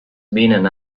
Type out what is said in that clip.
been